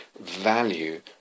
value